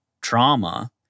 trauma